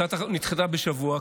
הצעת החוק נדחתה בשבוע,